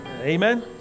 Amen